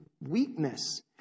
weakness